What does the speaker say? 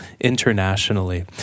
internationally